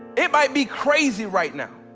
it might be crazy right now.